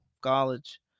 college